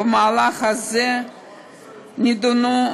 ובמהלכן נדונו